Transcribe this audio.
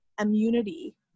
immunity